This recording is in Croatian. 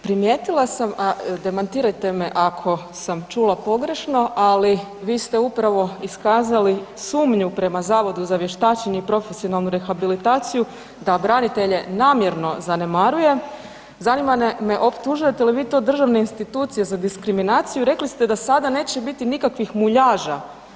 Primijetila sam, a demantirajte me ako sam čula pogrešno, ali vi ste upravo iskazali sumnju prema Zavodu za vještačenje i profesionalnu rehabilitaciju da branitelje namjerno zanemaruje, zanima me optužujete li vi to državne institucije za diskriminaciju, rekli ste da sada neće biti nikakvih muljaža.